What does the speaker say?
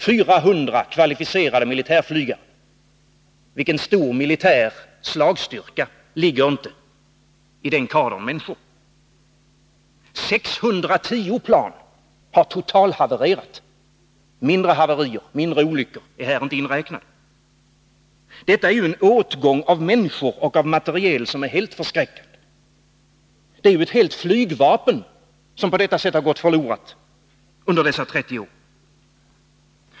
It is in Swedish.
400 kvalificerade militärflygare — vilken stor militär slagstyrka ligger inte i den kadern av människor. 610 plan har totalhavererat — mindre olyckor är då inte inräknade. Det är en åtgång av människor och materiel som är helt förskräckande. Det är ju ett helt flygvapen som på detta sätt har gått förlorat under dessa 30 år.